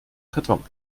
karton